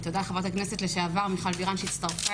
תודה לחברת הכנסת לשעבר מיכל בירן שהצטרפה